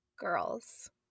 girls